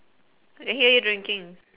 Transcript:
I hear you drinking